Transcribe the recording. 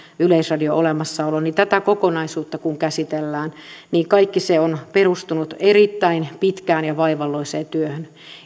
yleisradion olemassaolon ja tätä kokonaisuutta kun käsitellään niin kaikki se on perustunut erittäin pitkään ja vaivalloiseen työhön